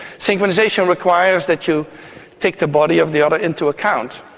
synchronisation requires that you take the body of the other into account,